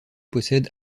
possède